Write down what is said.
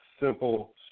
simple